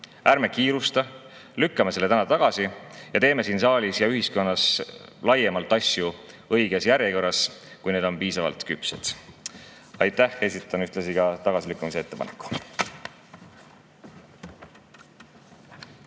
Ärme kiirustame. Lükkame selle täna tagasi ja teeme siin saalis ja ühiskonnas laiemalt asju õiges järjekorras, kuni need on piisavalt küpsed. Aitäh! Esitan ühtlasi ka tagasilükkamise ettepaneku.